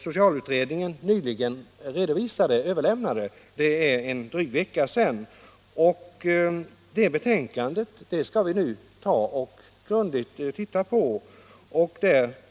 Socialutredningen överlämnade sitt betänkande för en dryg vecka sedan, och det betänkandet skall vi nu grundligt titta på.